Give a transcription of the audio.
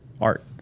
art